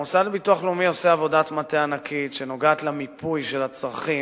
המוסד לביטוח לאומי עושה עבודת מטה ענקית שנוגעת למיפוי של הצרכים